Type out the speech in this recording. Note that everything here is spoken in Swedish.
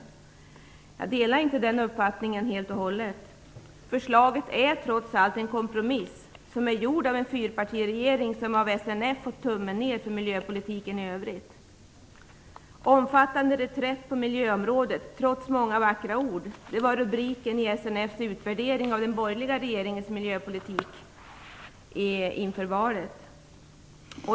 Jag delar inte den uppfattningen. Förslaget är trots allt en kompromiss av en fyrpartiregering, som har fått tummen ned för miljöpolitiken i övrigt av SNF. "Omfattande reträtt på miljöområdet - trots många vackra ord" var rubriken på SNF:s utvärdering av den borgerliga regeringens miljöpolitik inför valet.